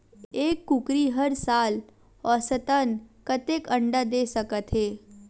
एक कुकरी हर साल औसतन कतेक अंडा दे सकत हे?